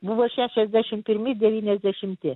buvo šešiasdešimt pirmi devyniasdešimti